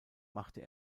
machte